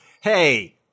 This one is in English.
hey